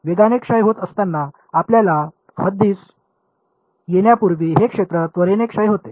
वेगाने क्षय होत असताना आपल्या हद्दीस येण्यापूर्वी हे क्षेत्र त्वरेने क्षय होते